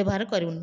ବ୍ୟବହାର କରିବୁନୁ